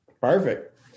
Perfect